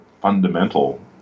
fundamental